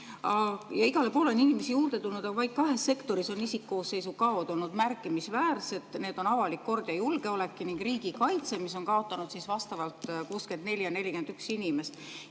ja igale poole on inimesi juurde tulnud. Vaid kahes sektoris on isikkoosseisu kadu olnud märkimisväärne. Need on avalik kord ja julgeolek ning riigikaitse, mis on kaotanud vastavalt 64 ja 41 inimest.